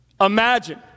Imagine